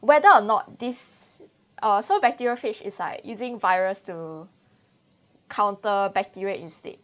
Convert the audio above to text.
whether or not this uh so bacteriophage is like using virus to counter bacteria instead